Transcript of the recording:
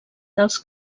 dels